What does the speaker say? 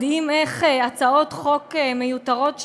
מדהים איך הצעות חוק מיותרות,